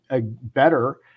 better –